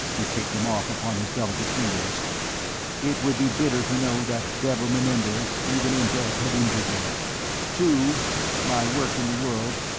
he ticked them off upon his delicate fingers it would be bitter to know that devil menendez even in death had injured me two my work in the world,